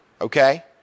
okay